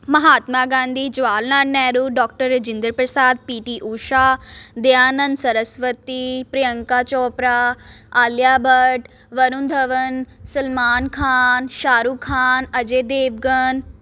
Mahatma Gandhi Jawahar Lal Nehru doctor Rajinder Prasad P T Usha Dayanand Saraswati Priyanka Chopra Alia Bhatt Varun Dhawan Salman Khan Shahrukh Khan Ajay Devgan